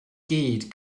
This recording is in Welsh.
gyd